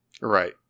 Right